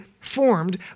formed